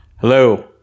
Hello